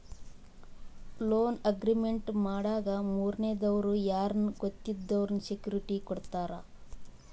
loan agreement ಮಾಡಾಗ ಮೂರನೇ ದವ್ರು ಯಾರ್ನ ಗೊತ್ತಿದ್ದವ್ರು ಸೆಕ್ಯೂರಿಟಿ ಕೊಡ್ತಾರ